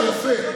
יפה.